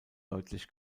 deutlich